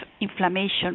inflammation